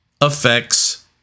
affects